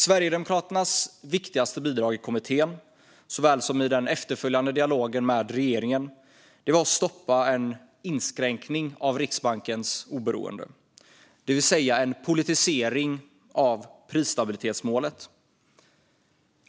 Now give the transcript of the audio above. Sverigedemokraternas viktigaste bidrag såväl i kommittén som i den efterföljande dialogen med regeringen var att vi stoppade en inskränkning av Riksbankens oberoende, det vill säga en politisering av prisstabilitetsmålet.